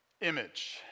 image